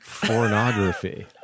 pornography